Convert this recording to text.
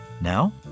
Now